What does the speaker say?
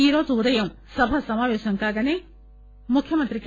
ఈ రోజు ఉదయం సభ సమాపేశం కాగానే ముఖ్యమంత్రి కే